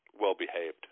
well-behaved